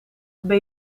ben